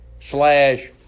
slash